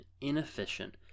inefficient